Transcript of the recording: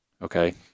Okay